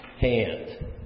hand